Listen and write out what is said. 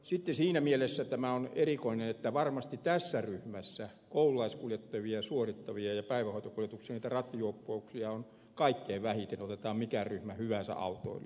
sitten siinä mielessä tämä on erikoinen että varmasti tässä koululaiskuljetuksia ja päivähoitokuljetuksia suorittavien ryhmässä rattijuoppouksia on kaikkein vähiten otetaan mikä hyvänsä ryhmä autoilijoita